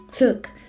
Look